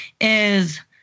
is-